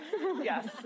Yes